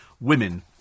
women